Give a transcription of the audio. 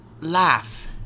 Laugh